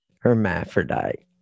hermaphrodite